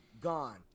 Gone